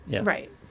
Right